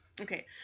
okay